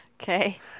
Okay